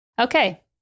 Okay